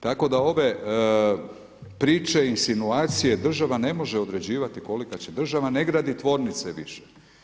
Tako da ove priče, insinuacije država ne može određivati kolika će, država ne gradi tvornice više.